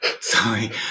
sorry